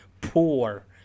poor